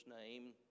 name